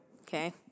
okay